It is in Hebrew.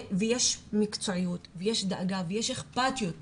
ויש מקצועיות ויש דאגה ויש אכפתיות למשרדים,